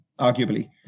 arguably